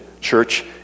church